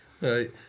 Right